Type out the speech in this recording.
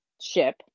ship